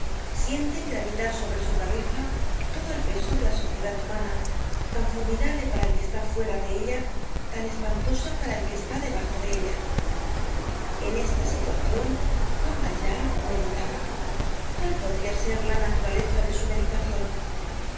sienten gravitar sobre su cabeza todo el peso de la sociedad humana tan formidable para el que está fuera de ella tan espantosa para el que está debajo de ella en esta situacion juan valjean meditaba cuál podia ser la naturaleza de su meditacion